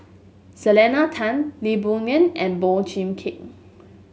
Selena Tan Lee Boon Ngan and Boey Cheng Kim